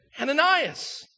Ananias